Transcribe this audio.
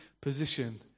position